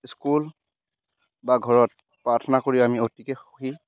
school বা ঘৰত প্ৰাৰ্থনা কৰি আমি অতিকৈ সুখী